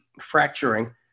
fracturing